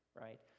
right